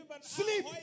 Sleep